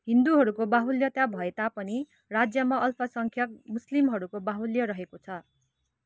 हिन्दूहरूको बाहुल्यता भए तापनि राज्यमा अल्पसङ्ख्यक मुस्लिमहरूको बाहुल्य रहेको छ